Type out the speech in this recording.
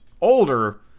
older